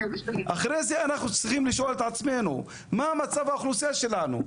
אחרי זה אנחנו צריכים לשאול את עצמנו מה מצב האוכלוסייה שלנו,